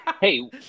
Hey